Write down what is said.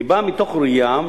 היא באה מתוך ראייה,